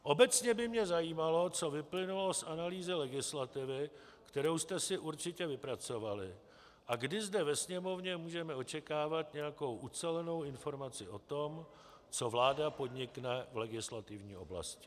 Obecně by mě zajímalo, co vyplynulo z analýzy legislativy, kterou jste si určitě vypracovali, a kdy zde ve Sněmovně můžeme očekávat nějakou ucelenou informaci o tom, co vláda podnikne v legislativní oblasti.